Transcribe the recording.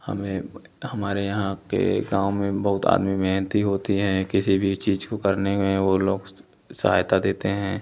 हमें हमारे यहाँ के गाँव में बहुत आदमी मेहनती होती हैं किसी भी चीज़ को करने में वे लोग सहायता देते हैं